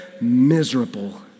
Miserable